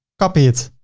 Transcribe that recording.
copy it,